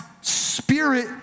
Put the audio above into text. spirit